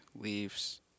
leaves